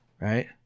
right